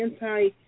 anti